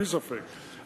בלי ספק,